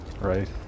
Right